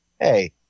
hey